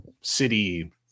city